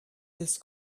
this